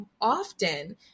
often